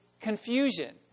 confusion